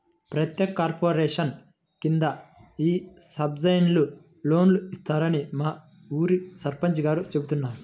ప్రత్యేక కార్పొరేషన్ కింద ఈ సబ్సిడైజ్డ్ లోన్లు ఇస్తారని మా ఊరి సర్పంచ్ గారు చెబుతున్నారు